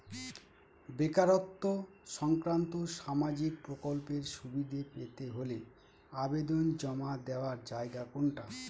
বেকারত্ব সংক্রান্ত সামাজিক প্রকল্পের সুবিধে পেতে হলে আবেদন জমা দেওয়ার জায়গা কোনটা?